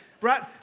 Right